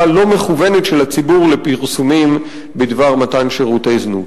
לא מכוונת של הציבור לפרסומים בדבר מתן שירותי זנות.